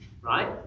right